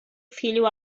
filho